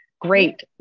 great